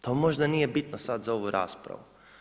To možda nije bitno sada za ovu raspravu.